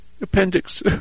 appendix